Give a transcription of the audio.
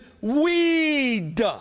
weed